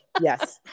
Yes